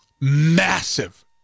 Massive